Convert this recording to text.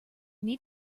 need